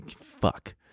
Fuck